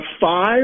five